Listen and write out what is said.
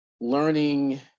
learning